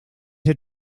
had